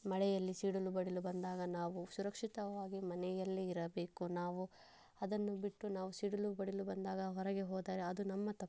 ಮಳೆಯಲ್ಲಿ ಸಿಡಿಲು ಬಡಿಲು ಬಂದಾಗ ನಾವು ಸುರಕ್ಷಿತವಾಗಿ ಮನೆಯಲ್ಲೇ ಇರಬೇಕು ನಾವು ಅದನ್ನು ಬಿಟ್ಟು ನಾವು ಸಿಡಿಲು ಬಡಿಲು ಬಂದಾಗ ಹೊರಗೆ ಹೋದರೆ ಅದು ನಮ್ಮ ತಪ್ಪು